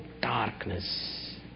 darkness